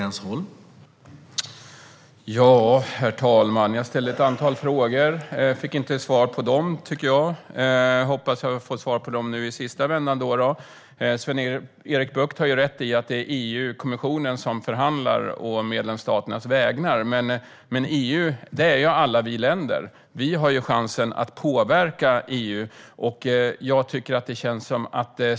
Herr talman! Jag ställde ett antal frågor men tycker inte att jag fick svar på dem. Jag hoppas få svar på dem i den här sista vändan. Sven-Erik Bucht har rätt i att det är EU-kommissionen som förhandlar å medlemsstaternas vägnar. Men EU är alla vi länder. Vi har chansen att påverka EU.